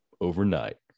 overnight